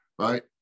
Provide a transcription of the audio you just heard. right